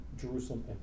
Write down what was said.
Jerusalem